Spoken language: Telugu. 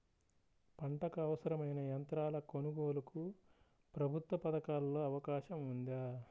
పంటకు అవసరమైన యంత్రాల కొనగోలుకు ప్రభుత్వ పథకాలలో అవకాశం ఉందా?